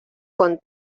con